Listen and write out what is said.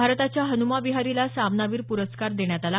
भारताच्या हनुमा विहारीला सामनावीर प्रस्कार देण्यात आला